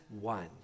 one